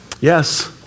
Yes